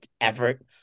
effort